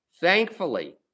Thankfully